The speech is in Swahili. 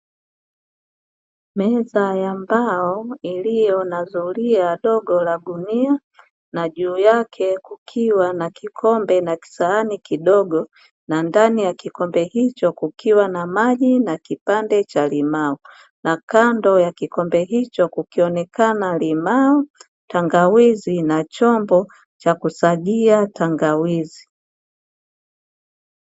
Meza ya mbao iliyo na zulia dogo la gunia, na juu yake kukiwa na kikombe na kisahani kidogo na ndani ya kikombe hicho kukiwa na maji na kipande cha limao, na kando ya kikombe hicho kukionekana limao, tangawizi na chombo cha kusagia tangawizi.